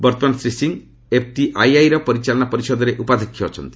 ବର୍ତ୍ତମାନ ଶ୍ରୀ ସିଂହ ଏଫ୍ଟିଆଇଆଇ ର ପରିଚାଳନା ପରିଷଦରେ ଉପାଧ୍ୟକ୍ଷ ଅଛନ୍ତି